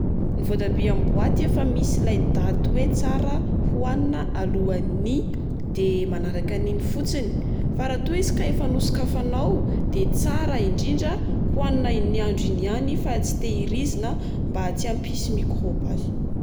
Ny votabia amin'ny boaty efa misy ilay daty hoe tsara hohanina alohan'ny… De manaraka an'iny fotsiny. Fa raha toa izy ka efa nosokafanao, dia tsara indrindra hohanina iny andro iny ihany. Fa tsy tehirizina mba tsy hampisy mikroba azy.